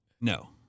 No